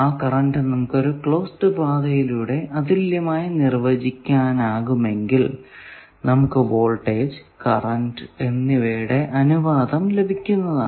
ആ കറന്റ് നമുക്ക് ഒരു ക്ലോസ്ഡ് പാതയിലൂടെ അതുല്യമായി നിർവചിക്കാനാകുമെങ്കിൽ നമുക്ക് വോൾടേജ് കറന്റ് എന്നിവയുടെ അനുപാതം ലഭിക്കുന്നതാണ്